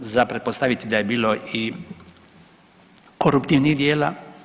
Za pretpostaviti je da je bilo i koruptivnih djela.